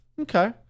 Okay